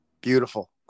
Beautiful